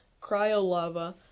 cryolava